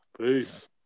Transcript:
Peace